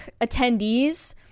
attendees